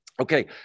Okay